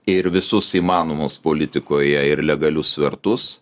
ir visus įmanomus politikoje ir legalius svertus